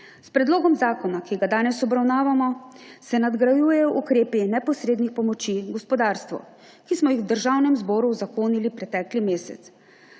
S predlogom zakona, ki ga danes obravnavamo, se nadgrajujejo ukrepi neposrednih pomoči gospodarstvu, ki smo jih v Državnem zboru uzakonili pretekli mesec.